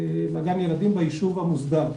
לגן ילדים ביישוב המוסדר,